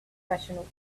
professional